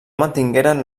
mantingueren